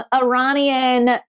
Iranian